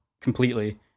completely